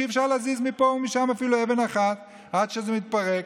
שאי-אפשר להזיז מפה ומשם אפילו אבן אחת עד שזה מתפרק.